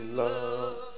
love